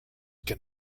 can